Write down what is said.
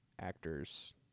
actors